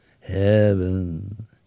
heaven